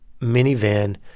minivan